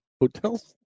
Hotels